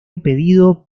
impedido